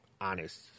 honest